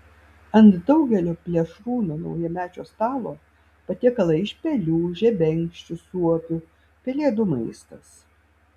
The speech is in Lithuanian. ant daugelio plėšrūnų naujamečio stalo patiekalai iš pelių žebenkščių suopių pelėdų maistas